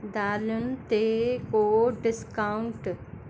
दालियुनि ते को डिस्काउंट